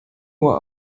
uhr